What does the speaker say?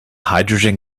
hydrogen